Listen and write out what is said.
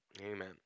amen